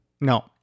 No